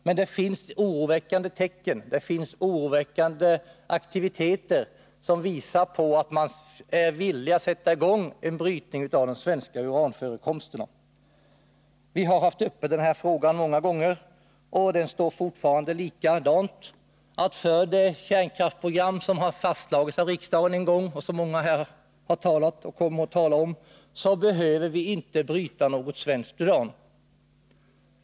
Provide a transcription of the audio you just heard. Men det finns oroväckande aktiviteter som tyder på att man är villig att sätta i gång en brytning av de svenska uranförekomsterna. Vi har haft uppe denna fråga många gånger, och det har inte inträffat någon förändring: för det kärnkraftsprogram som har fastlagts av riksdagen och som många här kommer att tala om behöver vi inte bryta svenskt uran.